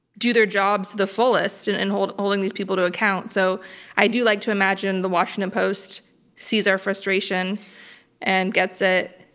do their jobs to the fullest and and hold all these people to account. so i do like to imagine the washington post sees our frustration and gets it,